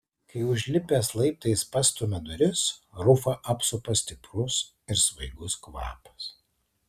kai užlipęs laiptais pastumia duris rufą apsupa stiprus ir svaigus kvapas